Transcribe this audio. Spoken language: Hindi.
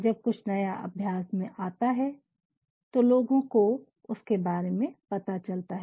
जब कुछ नया अभ्यास में आता है तो लोगो को उसके बार में पता चलता है